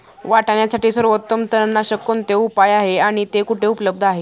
वाटाण्यासाठी सर्वोत्तम तणनाशक कोणते आहे आणि ते कुठे उपलब्ध आहे?